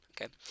Okay